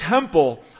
temple